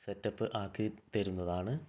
setup ആക്കി തരുന്നതാണ്